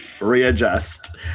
readjust